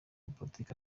politiki